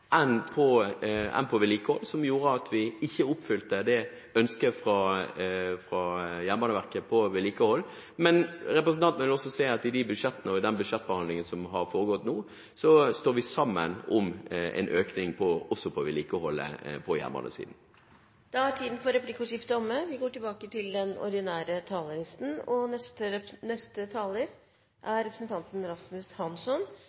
på investeringer enn på vedlikehold, noe som gjorde at vi ikke oppfylte Jernbaneverkets ønske om vedlikehold. Men representanten vil også se at vi i de budsjettene og i den budsjettbehandlingen som har foregått nå, står sammen om en økning også på vedlikeholdet på jernbanesiden. Replikkordskiftet er omme. Miljøpartiet De Grønne sitter ikke i transport- og kommunikasjonskomiteen, men i vårt alternative statsbudsjett viser vi hvordan Norge bør starte en omlegging til et samferdselssystem som svarer på neste